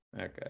Okay